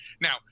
now